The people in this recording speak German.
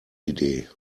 idee